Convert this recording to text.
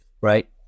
right